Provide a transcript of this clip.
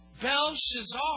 Belshazzar